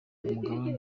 umugabane